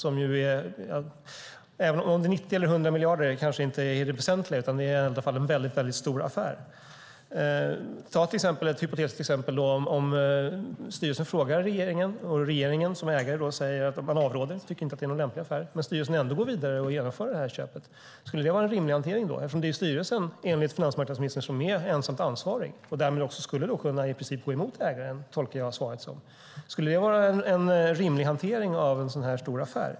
Om det är 90 miljarder eller 100 miljarder är kanske inte det väsentliga utan att det är en väldigt stor affär. Om styrelsen frågar regeringen och regeringen som ägare avråder men styrelsen ändå går vidare och genomför köpet, är det en rimlig hantering? Enligt finansmarknadsministern är ju styrelsen ensamt ansvarig och kan i princip gå emot ägaren. Så tolkar jag svaret. Är det en rimlig hantering av en sådan här stor affär?